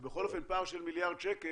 זה בכל אופן פער של מיליארד שקל,